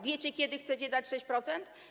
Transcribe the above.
Wiecie, kiedy chcecie dać 6%?